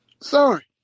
Sorry